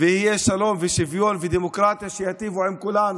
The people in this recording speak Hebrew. ויהיו שלום ושוויון ודמוקרטיה שייטיבו עם כולנו.